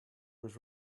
was